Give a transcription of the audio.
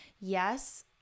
Yes